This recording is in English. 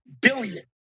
billion